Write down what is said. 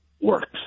works